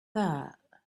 that